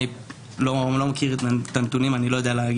אני לא מכיר את הנתונים, אני לא יודע להגיד.